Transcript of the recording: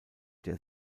der